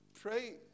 pray